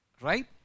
Right